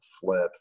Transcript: flip